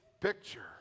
picture